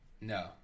no